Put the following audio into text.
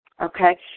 okay